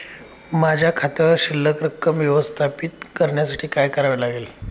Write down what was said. माझ्या खात्यावर शिल्लक रक्कम व्यवस्थापित करण्यासाठी काय करावे लागेल?